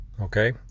Okay